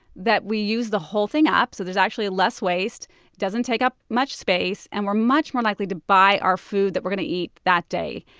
that we use the whole thing up, so there's actually less waste. it doesn't take up much space, and we're much more likely to buy our food that we're going to eat that day.